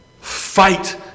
Fight